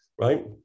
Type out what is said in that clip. right